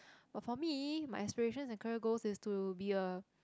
but for me my aspirations and career goal is to be a